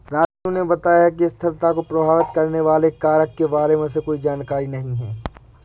राजू ने बताया कि स्थिरता को प्रभावित करने वाले कारक के बारे में उसे कोई जानकारी नहीं है